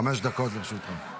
חמש דקות לרשותך.